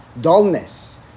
dullness